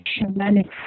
shamanic